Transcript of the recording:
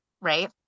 right